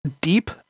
deep